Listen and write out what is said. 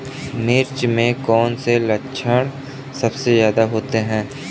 मिर्च में कौन से लक्षण सबसे ज्यादा होते हैं?